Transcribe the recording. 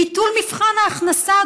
ביטול מבחן ההכנסה,